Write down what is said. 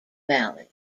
valley